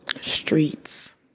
streets